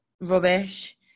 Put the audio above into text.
rubbish